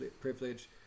Privilege